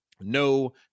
no